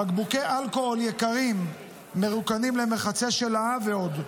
בקבוקי אלכוהול יקרים מרוקנים למחצה שלה ועוד.